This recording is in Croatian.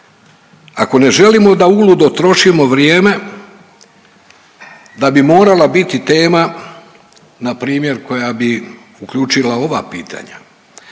ako ne želimo da uludo trošimo vrijeme da bi morala biti tema npr. koja bi uključila ova pitanja.